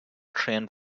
trained